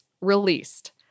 released